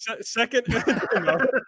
second